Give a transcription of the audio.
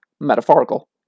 metaphorical